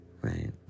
right